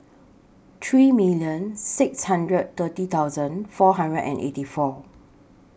three million six hundred thirty thousand four hundred and eighty four